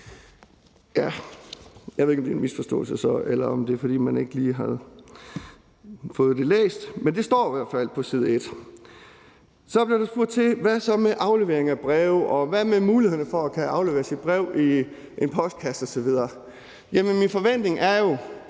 Jeg ved ikke, om det er en misforståelse så, eller om det er, fordi man ikke lige har fået det læst, men det står i hvert fald på side 1. Så blev der spurgt: Hvad så med aflevering af breve, og hvad med mulighederne for at kunne aflevere sit brev i en postkasse osv.? Jamen min forventning er jo,